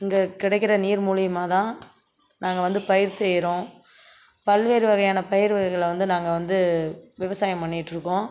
இங்கே கிடைக்கிற நீர் மூலியமாதான் நாங்கள் வந்து பயிர் செய்கிறோம் பல்வேறு வகையான பயிர் வகைகளை வந்து நாங்கள் வந்து விவசாயம் பண்ணிட்டு இருக்கோம்